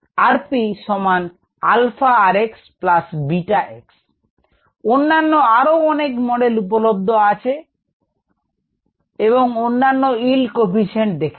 𝑟𝑝 𝛼 𝑟𝑥 𝛽 𝑥 অন্যান্য আরো অনেক মডেল উপলব্ধ আছে আমরা এবং অন্যান্য Yield coefficients দেখেছি